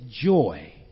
joy